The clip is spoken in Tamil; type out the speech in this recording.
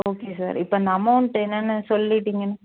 ஓகே சார் இப்போ அந்த அமௌண்ட்டு என்னென்று சொல்லிவிட்டிங்கனா